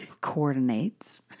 coordinates